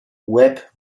łeb